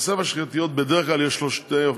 לחושף השחיתויות בדרך כלל יש שתי אופציות: